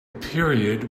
period